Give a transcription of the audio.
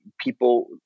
people